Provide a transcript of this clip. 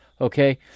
okay